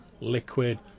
liquid